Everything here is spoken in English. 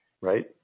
right